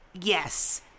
yes